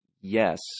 Yes